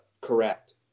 correct